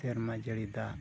ᱥᱮᱨᱢᱟ ᱡᱟᱹᱲᱤ ᱫᱟᱜ